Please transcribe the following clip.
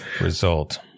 result